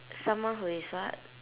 someone who is what